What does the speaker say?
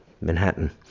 Manhattan